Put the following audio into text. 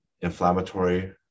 inflammatory